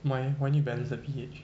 why why new balance that P_H